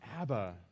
Abba